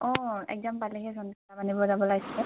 অঁ একজাম পালেহিয়ে কিতাপ আনিব যাব লাগে